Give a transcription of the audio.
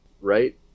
Right